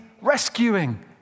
rescuing